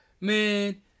man